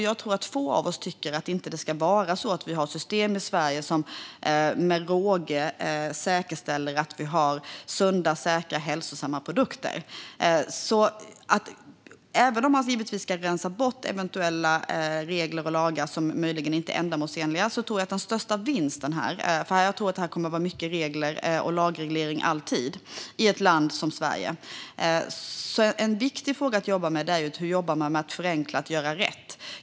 Jag tror att få av oss tycker att vi inte ska ha system i Sverige som med råge säkerställer att vi har sunda, säkra och hälsosamma produkter. Man ska givetvis rensa bort eventuella regler och lagar som möjligen inte är ändamålsenliga, men jag tror att det alltid kommer att vara mycket regler och lagar kring detta i ett land som Sverige. En viktig fråga är att jobba med är hur man förenklar för att kunna göra rätt.